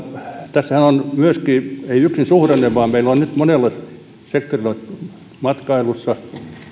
tässähän ei ole yksin suhdanne vaan meillä on nyt monella sektorilla matkailussa